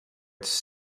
its